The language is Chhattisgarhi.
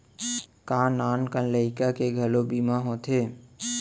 का नान कन लइका के घलो बीमा होथे?